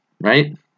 right